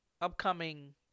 upcoming